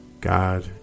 God